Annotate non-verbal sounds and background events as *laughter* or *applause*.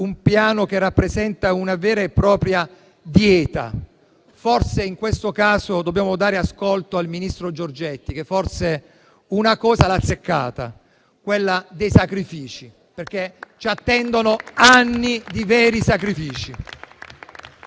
Piano che rappresenta una vera e propria dieta. Forse in questo caso dobbiamo dare ascolto al ministro Giorgetti, che una cosa l'ha azzeccata, parlando di "sacrifici", *applause* perché ci attendono anni di veri sacrifici.